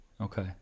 okay